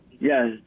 Yes